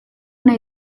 ona